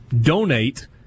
Donate